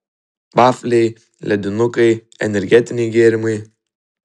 vafliai ledinukai energetiniai gėrimai